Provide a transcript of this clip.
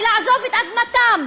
לעזוב את אדמתם.